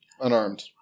Unarmed